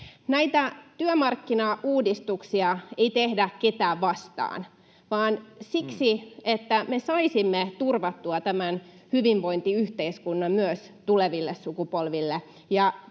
Näitä työmarkkinauudistuksia ei tehdä ketään vastaan vaan siksi, että me saisimme turvattua tämän hyvinvointiyhteiskunnan myös tuleville sukupolville.